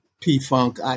P-Funk